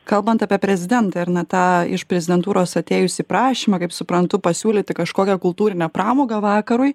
kalbant apie prezidentą ar ne tą iš prezidentūros atėjusį prašymą kaip suprantu pasiūlyti kažkokią kultūrinę pramogą vakarui